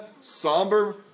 somber